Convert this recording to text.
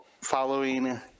following